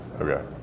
Okay